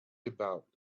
about